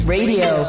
Radio